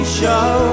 show